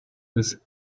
with